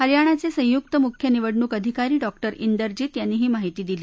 हरयाणाचे संयुक्त मुख्य निवडणूक अधिकारी डॉक्टर इरजित यांनी ही माहिती दिली